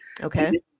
Okay